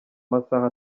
masaha